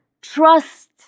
trust